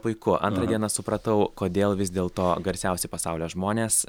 puiku antrą dieną supratau kodėl vis dėl to garsiausi pasaulio žmonės